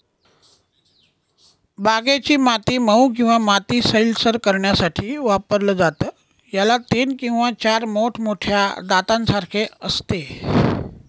बागेची माती मऊ किंवा माती सैलसर करण्यासाठी वापरलं जातं, याला तीन किंवा चार मोठ्या मोठ्या दातांसारखे असते